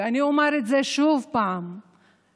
ואני אומר את זה שוב, אלחמדולילה,